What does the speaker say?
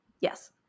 yes